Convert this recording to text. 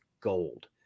gold